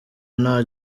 nta